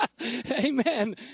Amen